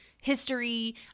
history